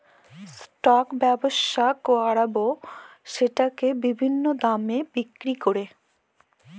stock ব্যবসা করাবো সেটাকে বিভিন্ন দামে বিক্রি করে